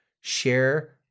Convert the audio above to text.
share